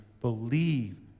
believe